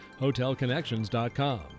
hotelconnections.com